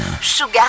Sugar